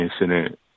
incident